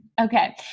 Okay